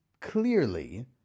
clearly